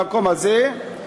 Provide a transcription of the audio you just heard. מהמקום הזה,